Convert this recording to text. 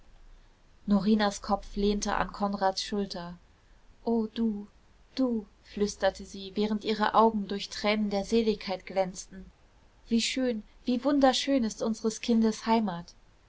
norinas kopf lehnte an konrads schulter o du du flüsterte sie während ihre augen durch tränen der seligkeit glänzten wie schön wie wunderschön ist unsres kindes heimat